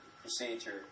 procedure